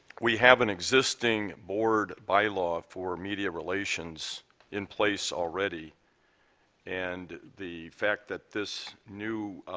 we have an existing board by law for media relations in place already and the fact that this new